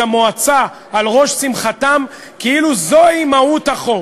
המועצה על ראש שמחתם כאילו זוהי מהות החוק,